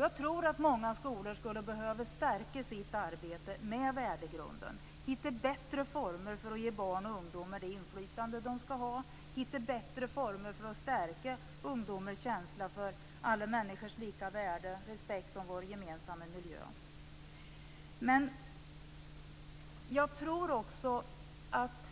Jag tror att många skolor skulle behöva stärka sitt arbete med värdegrunden och hitta bättre former för att ge barn och ungdomar det inflytande som de skall ha och hitta bättre former för att stärka ungdomars känsla för alla människors lika värde och respekt för vår gemensamma miljö. Jag tror också att